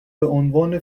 بعنوان